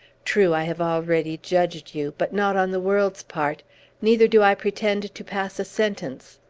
true, i have already judged you, but not on the world's part neither do i pretend to pass a sentence!